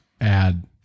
add